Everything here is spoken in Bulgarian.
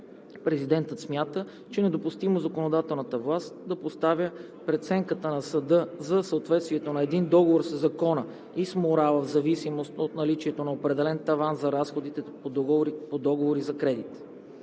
Президентът смята, че е недопустимо законодателната власт да поставя преценката на съда за съответствието на един договор със закона и с морала в зависимост от наличието на определен таван на разходите по договори за кредит.